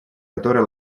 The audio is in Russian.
которая